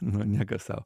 nu nieko sau